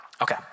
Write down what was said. Okay